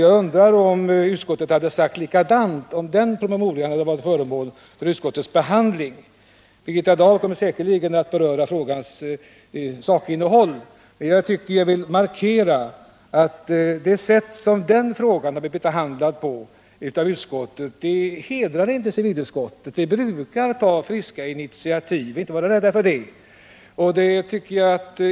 Jag undrar om utskottet hade yttrat sig på samma sätt om den promemorian varit föremål för utskottets behandling. Birgitta Dahl kommer säkerligen att beröra frågans sakinnehåll. Jag vill markera att det sätt på vilket denna fråga har blivit behandlad av civilutskottet inte hedrar utskottet. I civilutskottet brukar man inte vara rädd för att ta friska initiativ.